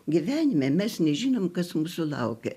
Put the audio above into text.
gyvenime mes nežinom kas mūsų laukia